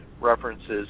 references